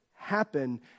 Happen